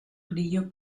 grillo